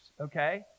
okay